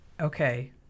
okay